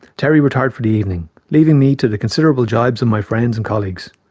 terry retired for the evening, leaving me to the considerable jibes of my friends and colleagues.